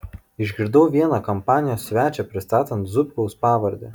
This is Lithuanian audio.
išgirdau vieną kompanijos svečią prisistatant zubkaus pavarde